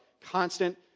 constant